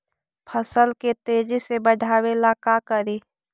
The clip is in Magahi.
फसल के तेजी से बढ़ाबे ला का करि?